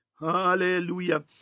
Hallelujah